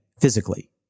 physically